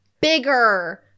bigger